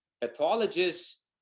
Pathologists